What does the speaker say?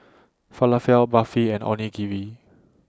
Falafel of Barfi and Onigiri